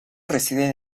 residen